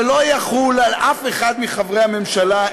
זה לא יחול על אף אחד מחברי הממשלה,